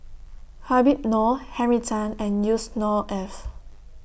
Habib Noh Henry Tan and Yusnor Ef